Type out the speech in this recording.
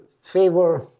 favor